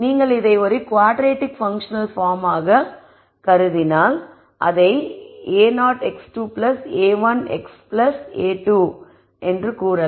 நீங்கள் இதை ஒரு குவாட்ரடிக் பன்க்ஷனல் பார்ம் ஆக நீங்கள் கருதினால் நீங்கள் அதை a0x2 a1x a2 என்று கூறலாம்